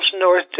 North